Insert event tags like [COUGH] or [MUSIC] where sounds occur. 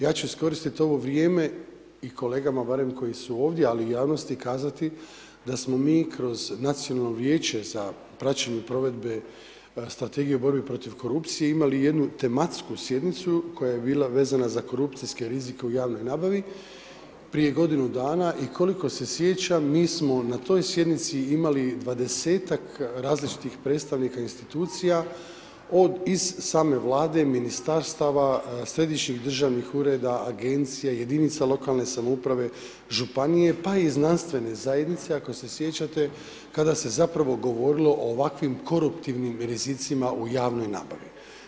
Ja ću iskoristiti ovo vrijeme i kolegama barem koji su ovdje, ali i javnosti kazati da smo mi kroz Nacionalno vijeće za praćenje provedbe strategije u borbi protiv korupcije imali jednu tematsku sjednicu koja je bila vezana za korupcijske rizike u javnoj nabavi prije godinu dana i koliko se sjećam mi smo na toj sjednici imali 20-tak različitih predstavnika institucija, od iz same Vlade, ministarstava, središnjih državnih ureda, agencija, jedinica lokalne samouprave, županije pa i znanstvene zajednice, ako se sjećate, kada se zapravo govorilo o ovakvih koruptivnim ... [UNINTELLIGIBLE] u javnoj nabavi.